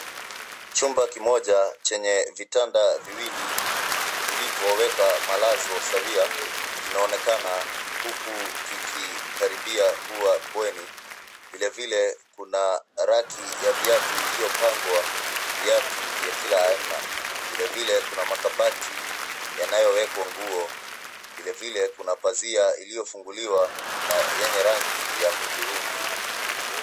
Chumba kimoja chenye vitanda viwili vilivyowekwa malazi sawia kinaonekana huku kikikaribia kuwa bweni. Vile vile, kuna raki ya viatu iliyopangwa viatu vya kila aina. Vile vile, kuna kabati iliyowekwa nguo. Vile vile, kuna pazia iliyofunguliwa na yenye rangi ya hudhurungi.